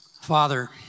Father